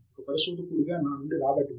ఒక పరిశోధకుడిగా నా నుండి రాబట్టబడినది